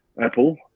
Apple